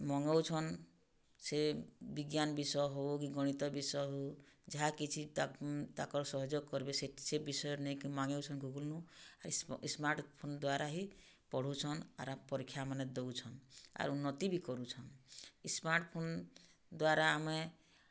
ମଙ୍ଗଉଛନ୍ ସେ ବିଜ୍ଞାନ୍ ବିଷୟ ହଉ କି ଗଣିତ ବିଷୟ ହଉ ଯାହା କିଛି ତାଙ୍କର୍ ସହଯୋଗ୍ କର୍ବେ ସେ ବିଷୟରେ ନେଇକି ମଙ୍ଗଉଛନ୍ ଗୁଗୁଲ୍ ସ୍ମାର୍ଟ୍ଫୋନ୍ ଦ୍ଵାରା ହିଁ ପଢ଼ୁଛନ୍ ଆର୍ ପରୀକ୍ଷାମାନେ ଦଉଛନ୍ ଆର୍ ଉନ୍ନତି ବି କରୁଛନ୍ ସ୍ମାର୍ଟ୍ଫୋନ୍ ଦ୍ଵାରା ଆମେ